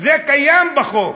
זה קיים בחוק,